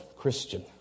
Christian